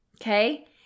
Okay